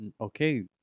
okay